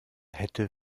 hätte